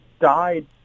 died